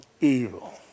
evil